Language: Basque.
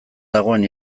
dagoen